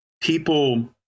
People